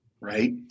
right